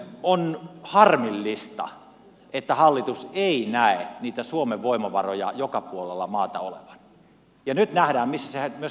on harmillista että hallitus ei näe niitä suomen voimavaroja olevan joka puolella maata ja nyt nähdään missä myöskin taloudellisesti on tämä tilanne